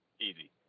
Easy